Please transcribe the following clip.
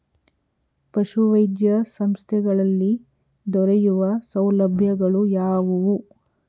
ಪಶುವೈದ್ಯ ಸಂಸ್ಥೆಗಳಲ್ಲಿ ದೊರೆಯುವ ಸೌಲಭ್ಯಗಳು ಯಾವುವು?